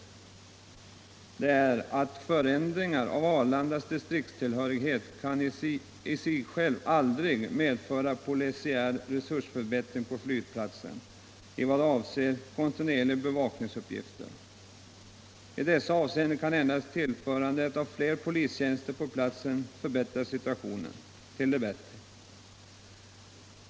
Den synpunkten är att en förändring av Arlandas distriktstillhörighet aldrig i sig kan medföra någon polisiär resursförbättring på flygplatsen när det gäller kontinuerliga bevakningsuppgifter. I det avseendet kan endast tillförandet av fler polistjänster på platsen förändra situationen till det bättre.